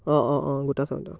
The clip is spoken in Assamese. অ' অ' অ' গোটা চাউণ্ড অ'